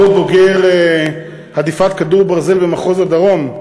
בתור בוגר הדיפת כדור ברזל במחוז הדרום,